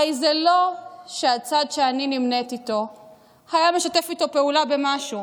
הרי זה לא שהצד שאני נמנית איתו היה משתף איתו פעולה במשהו.